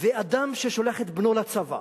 אדם ששולח את בנו לצבא,